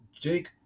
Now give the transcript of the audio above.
Jake